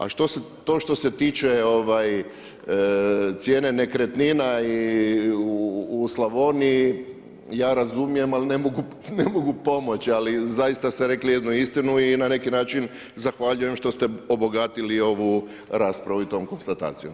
A to što se tiče cijene nekretnina u Slavoniji, ja razumijem ali ne mogu pomoći, ali zaista ste rekli jednu istinu i na neki način zahvaljujem što ste obogatili ovu raspravu i tom konstatacijom.